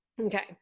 Okay